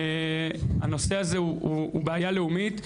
הנושא הזה הוא בעיה לאומית.